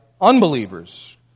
unbelievers